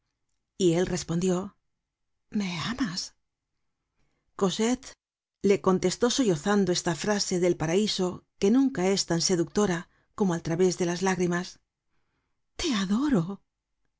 y él respondió me amas cosette le contestó sollozando esta frase del paraiso que nunca es tan seductora como al través de las lágrimas te adoro